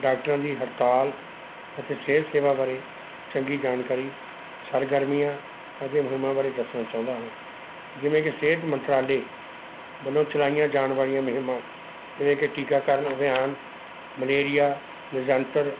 ਡਾਕਟਰਾਂ ਦੀ ਹੜਤਾਲ ਅਤੇ ਸਿਹਤ ਸੇਵਾ ਬਾਰੇ ਚੰਗੀ ਜਾਣਕਾਰੀ ਸਰਗਰਮੀਆਂ ਅਤੇ ਫਿਲਮਾਂ ਬਾਰੇ ਦੱਸਣਾ ਚਾਹੁੰਦਾ ਹਾਂ ਜਿਵੇਂ ਕਿ ਸਿਹਤ ਮੰਤਰਾਲੇ ਵੱਲੋਂ ਚਲਾਈਆਂ ਜਾਣ ਵਾਲੀਆਂ ਮਹਿਮਾ ਜਿਵੇਂ ਕਿ ਟੀਕਾਕਰਨ ਅਭਿਆਨ ਮਲੇਰੀਆ ਨਿਰਜੰਤਰ